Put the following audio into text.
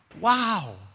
Wow